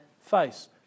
face